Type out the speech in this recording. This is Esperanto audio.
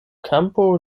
kampo